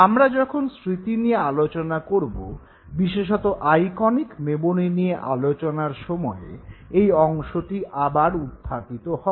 আমরা যখন স্মৃতি নিয়ে আলোচনা করব বিশেষত আইকনিক মেমোরি নিয়ে আলোচনার সময়ে এই অংশটি আবার উত্থাপিত হবে